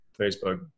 Facebook